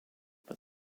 but